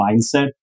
mindset